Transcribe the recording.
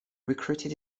recruited